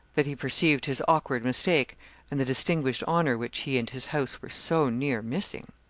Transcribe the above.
that he perceived his awkward mistake and the distinguished honour which he and his house were so near missing.